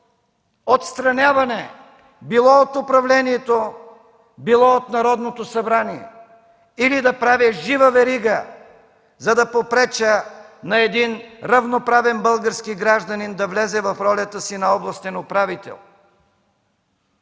отстраняване, било от управлението, било от Народното събрание или да правя жива верига, за да попреча на един равноправен български гражданин да влезе в ролята си на областен управител?